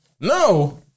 No